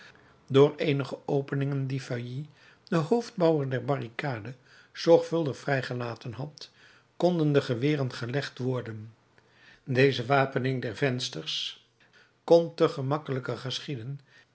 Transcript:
door eenige openingen die feuilly de hoofdbouwer der barricade zorgvuldig vrij gelaten had konden de geweren gelegd worden deze wapening der vensters kon te gemakkelijker geschieden